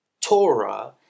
Torah